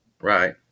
Right